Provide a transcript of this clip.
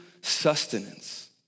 sustenance